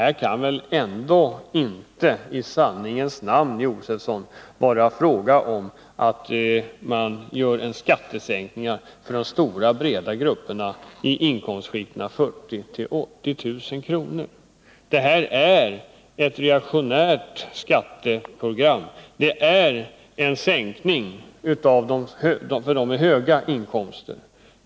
Det kan väl här ändå inte — i sanningens namn, Stig Josefson — vara fråga om skattesänkningar för de breda grupperna i inkomstskiktet mellan 40 000 och 80 000 kr.? Det här är ett reaktionärt skatteprogram. Det är sänkningar för dem med höga inkomster.